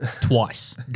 Twice